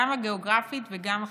גם הגיאוגרפית וגם החברתית.